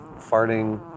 farting